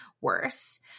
worse